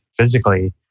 physically